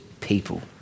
people